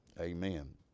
Amen